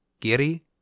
Giri